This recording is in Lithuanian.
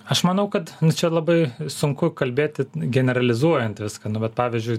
aš manau kad čia labai sunku kalbėti generalizuojant viską nu bet pavyzdžiui